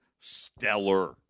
stellar